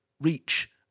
reach